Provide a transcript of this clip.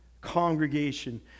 congregation